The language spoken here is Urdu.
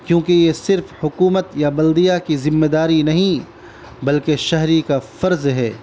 کیونکہ یہ صرف حکومت یا بلدیہ کی ذمہ داری نہیں بلکہ شہری کا فرض ہے